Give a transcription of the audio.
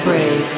Brave